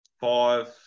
five